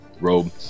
robe